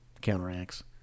counteracts